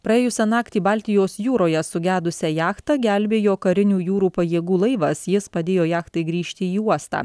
praėjusią naktį baltijos jūroje sugedusią jachtą gelbėjo karinių jūrų pajėgų laivas jis padėjo jachtai grįžti į uostą